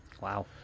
Wow